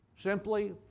Simply